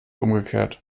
umgekehrt